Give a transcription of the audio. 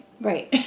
Right